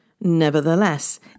Nevertheless